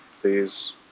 please